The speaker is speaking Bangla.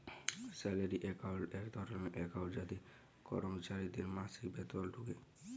স্যালারি একাউন্ট এক ধরলের একাউন্ট যাতে করমচারিদের মাসিক বেতল ঢুকে